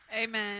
Amen